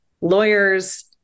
lawyers